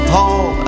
Paul